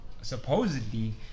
Supposedly